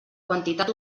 quantitat